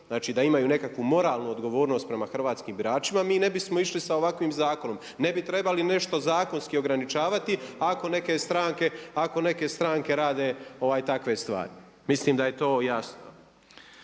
znači da imaju nekakvu moralnu odgovornost prema hrvatskim biračima mi ne bismo išli sa ovakvim zakonom, ne bi trebali nešto zakonski ograničavati ako neke stranke rade takve stvari. Mislim da je to jasno.